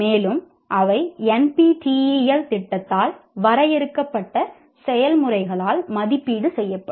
மேலும் அவை NPTEL திட்டத்தால் வரையறுக்கப்பட்ட செயல்முறைகளால் மதிப்பீடு செய்யப்படும்